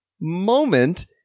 moment